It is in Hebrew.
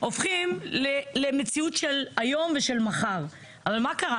הופכים למציאות של היום ושל מחר, אבל מה קרה?